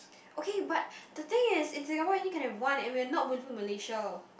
okay but the thing is in Singapore you only can have one and we are not moving to Malaysia